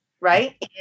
Right